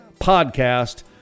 podcast